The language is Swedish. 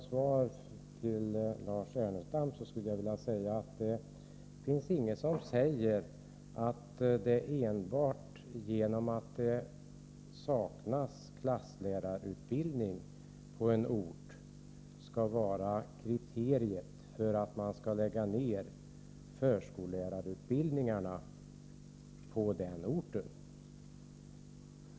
Herr talman! Jag vill svara Lars Ernestam att det inte finns någonting som säger att enbart avsaknaden av klasslärarutbildning på en ort skulle vara kriteriet för att man skall lägga ned förskollärarutbildningen på den orten.